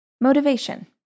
motivation